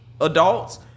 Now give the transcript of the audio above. adults